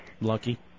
Lucky